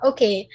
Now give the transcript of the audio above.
Okay